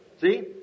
See